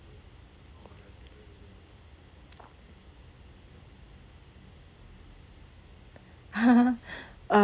uh